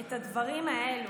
את הדברים האלה,